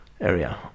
area